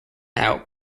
out